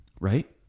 Right